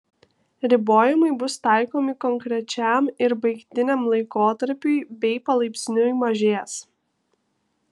ribojimai bus taikomi konkrečiam ir baigtiniam laikotarpiui bei palaipsniui mažės